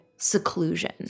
seclusion